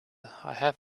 have